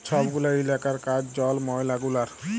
ছব গুলা ইলাকার কাজ জল, ময়লা গুলার